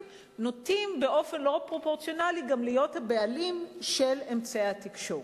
נוטים באופן לא פרופורציונלי גם להיות הבעלים של אמצעי התקשורת.